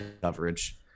coverage